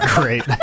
great